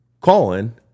Colin